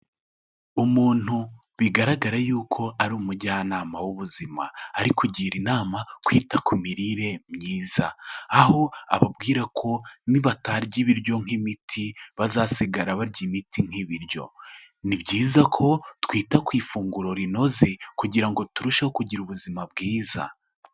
Umuntu bigaragara yuko ari umujyanama w'ubuzima, ari kugira inama kwita ku mirire myiza, aho ababwira ko nibatarya ibiryo nk'imiti bazasigara barya imiti nk'ibiryo, ni byiza ko twita ku ifunguro rinoze kugira ngo turusheho kugira ubuzima bwiza.